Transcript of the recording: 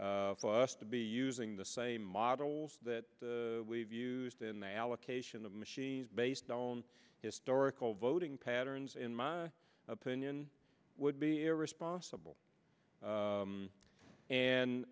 for us to be using the same models that we've used in the allocation of machines based on historical voting patterns in my opinion would be irresponsible